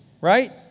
right